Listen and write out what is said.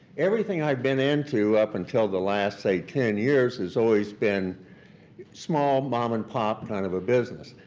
everything i've been into up until the last say ten years has always been small, mom and pop kind of a business.